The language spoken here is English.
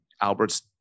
Albert's